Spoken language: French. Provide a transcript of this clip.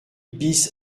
bis